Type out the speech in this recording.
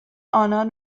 آنان